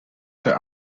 der